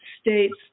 states